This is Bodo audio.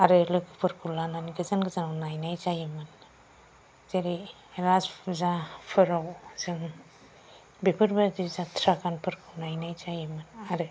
आरो लोगोफोरखौ लानानै गोजान गोजानाव नायनाय जायोमोन जेरै राजफुजाफोराव जों बेफोरबादि जाथ्रा गानफोरखौ नायनाय जायोमोन आरो